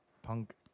Punk